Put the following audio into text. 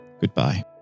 goodbye